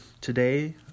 Today